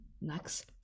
next